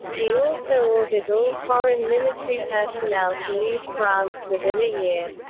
he also ordered all foreign military personnel to leave france within a year.